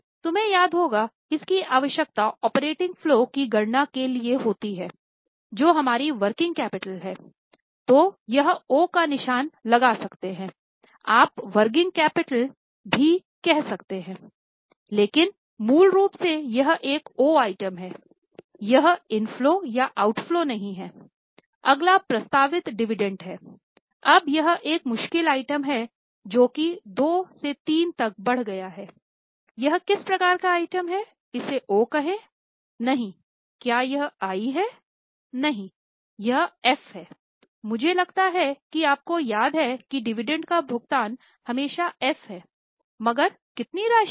तुम्हें याद होगा इसकी आवश्यकता ऑपरेटिंग फलो का भुगतान हमेशा एफ है मगर कितनी राशि का